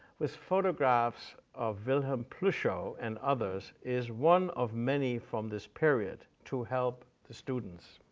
with photographs of wilhelm pluschow and others is one of many from this period to help the students.